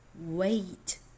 wait